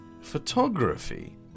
Photography